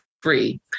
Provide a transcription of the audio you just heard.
free